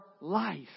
life